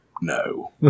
No